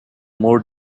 more